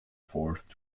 forth